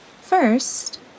First